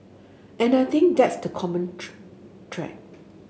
and I think that's the common thread